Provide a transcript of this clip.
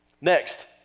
Next